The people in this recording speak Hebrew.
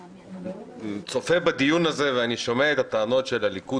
אני צופה בדיון הזה ואני שומע את הטענות של הליכוד